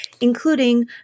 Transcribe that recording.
including